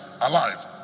alive